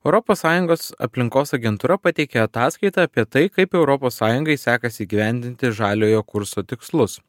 europos sąjungos aplinkos agentūra pateikė ataskaitą apie tai kaip europos sąjungai sekasi įgyvendinti žaliojo kurso tikslus